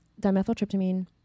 dimethyltryptamine